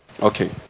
okay